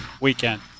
weekend